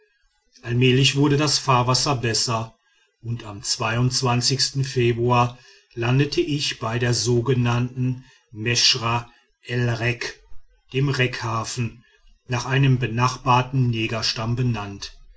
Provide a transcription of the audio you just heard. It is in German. allmählich wurde das fahrwasser besser und am februar landete ich bei der sogenannten meschra el rek dem rek hafen nach einem benachbarten negerstamm benannt